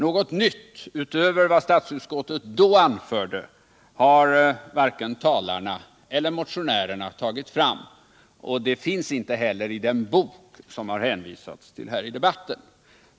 Något nytt utöver vad statsutskottet då anförde har varken talarna eller motionärerna tagit fram, och det finns inte heller någonting nytt i den bok som man har hänvisat till i debatten.